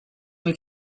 were